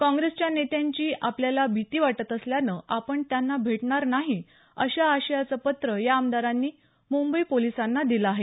काँग्रेसच्या नेत्यांची आपल्याला भीती वाटत असल्यानं आपण त्यांना भेटणार नाही अशा आशयाचं पत्र या आमदारांनी मुंबई पोलिसांना दिलं आहे